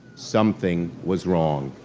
something was wrong.